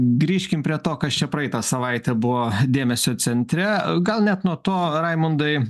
grįžkim prie to kas čia praeitą savaitę buvo dėmesio centre gal net nuo to raimundai